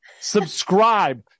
subscribe